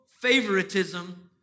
favoritism